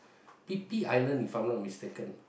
hippie island if I'm not mistaken